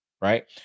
right